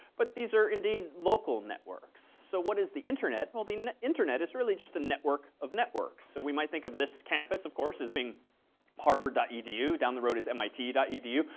but these are indeed local networks. so what is the internet? well, the internet is really just a network of networks. so we might think of this campus, of course, as being harvard ah edu. down the road is mit edu.